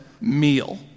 meal